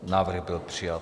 Návrh byl přijat.